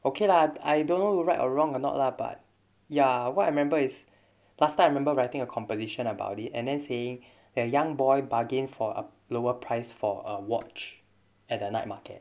okay lah I don't know right or wrong or not lah but ya what I remember is last time I remember writing a composition about it and then saying that a young boy bargain for a lower price for a watch at the night market